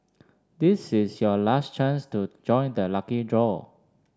this is your last chance to join the lucky draw